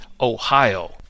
Ohio